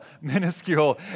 minuscule